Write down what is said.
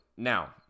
Now